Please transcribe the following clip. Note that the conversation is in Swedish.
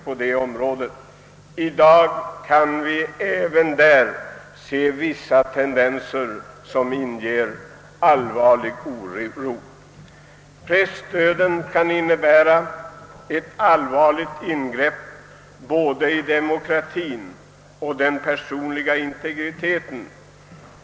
I dag kan vi även där se vissa tendenser som inger allvarlig oro. Pressdöden kan innebära ett allvarligt ingrepp både i demokratien och den personliga integriteten.